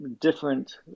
different